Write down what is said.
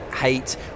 hate